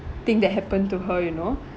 thing that happen to her you know